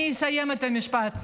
אני אסיים את המשפט.